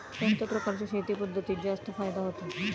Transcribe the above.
कोणत्या प्रकारच्या शेती पद्धतीत जास्त फायदा होतो?